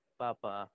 papa